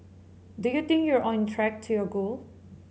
do you think you're on track to your goal